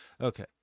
Okay